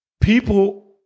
People